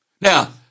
Now